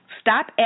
stop